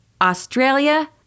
australia